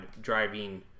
driving